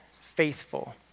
faithful